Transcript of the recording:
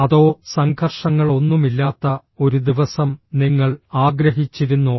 അതോ സംഘർഷങ്ങളൊന്നുമില്ലാത്ത ഒരു ദിവസം നിങ്ങൾ ആഗ്രഹിച്ചിരുന്നോ